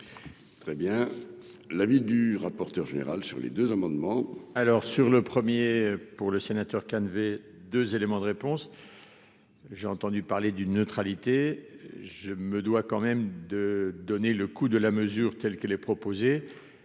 Très bien l'avis du rapporteur général sur les deux amendements. Alors sur le premier pour le sénateur Calvet, 2 éléments de réponse j'ai entendu parler d'une neutralité, je me dois quand même de donner le coût de la mesure telle qu'elle est proposée